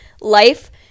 life